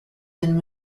been